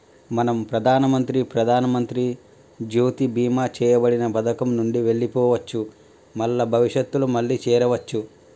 మనం ప్రధానమంత్రి ప్రధానమంత్రి జ్యోతి బీమా చేయబడిన పథకం నుండి వెళ్లిపోవచ్చు మల్ల భవిష్యత్తులో మళ్లీ చేరవచ్చు